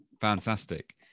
Fantastic